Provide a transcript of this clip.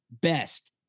best